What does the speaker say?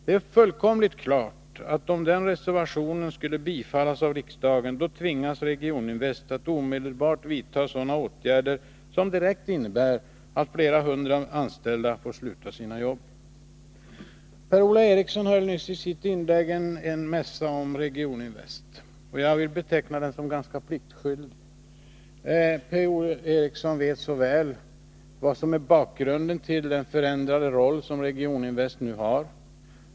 Det är fullkomligt klart att om denna reservation skulle bifallas av riksdagen, då tvingas Regioninvest att omedelbart vidta sådana åtgärder som direkt innebär att flera hundra anställda får sluta sina jobb. Per-Ola Eriksson höll i sitt inlägg en mässa om Regioninvest. Jag vill beteckna den som ganska pliktskyldig. Per-Ola Eriksson vet så väl vad som är bakgrunden till den förändrade roll som Regioninvest nu har.